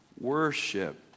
worship